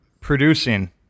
producing